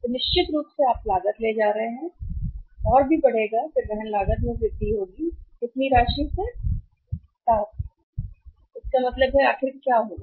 तो निश्चित रूप से आप लागत ले जा रहे हैं और भी बढ़ेगा और फिर वहन लागत में वृद्धि होगी कितनी राशि से हो 7 तो इसका मतलब है कि आखिर क्या होगा